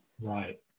right